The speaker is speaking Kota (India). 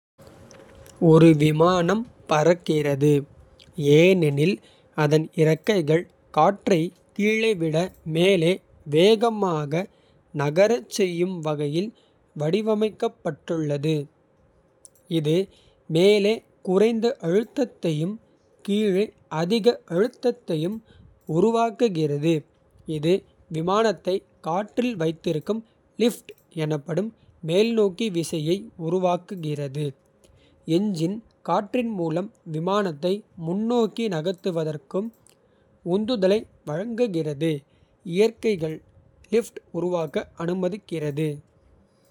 ஒரு விமானம் பறக்கிறது ஏனெனில் அதன் இறக்கைகள். காற்றை கீழே விட மேலே வேகமாக நகரச் செய்யும். வகையில் வடிவமைக்கப்பட்டுள்ளது இது மேலே குறைந்த. அழுத்தத்தையும் கீழே அதிக அழுத்தத்தையும். உருவாக்குகிறது இது விமானத்தை காற்றில். வைத்திருக்கும் லிஃப்ட் எனப்படும் மேல்நோக்கி. விசையை உருவாக்குகிறது எஞ்சின் காற்றின் மூலம். விமானத்தை முன்னோக்கி நகர்த்துவதற்கு உந்துதலை. வழங்குகிறது இறக்கைகள் லிப்ட் உருவாக்க அனுமதிக்கிறது.